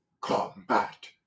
combat